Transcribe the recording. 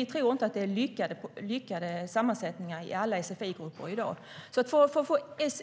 Vi tror inte att det är lyckade sammansättningar i alla sfi-grupper i dag. För att få